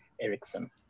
Ericsson